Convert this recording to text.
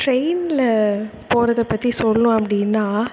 ட்ரெய்னில் போறதை பற்றி சொல்லணும் அப்படினா